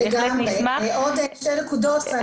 לגמרי, עוד שתי נקודות.